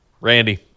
Randy